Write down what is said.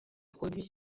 produits